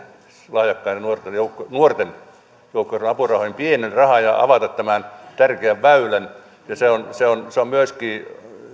lahjakkaiden nuorten joukkueurheilun apurahoihin pienen rahan ja avata tämän tärkeän väylän se on se on myöskin